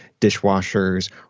dishwashers